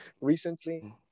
recently